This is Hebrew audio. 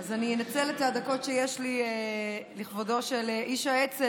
אני אנצל את הדקות שיש לי לכבודו של איש האצ"ל,